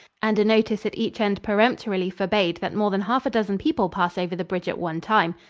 and a notice at each end peremptorily forbade that more than half a dozen people pass over the bridge at one time.